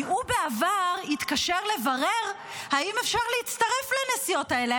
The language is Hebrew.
כי הוא בעבר התקשר לברר אם אפשר להצטרף לנסיעות האלה,